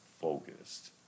focused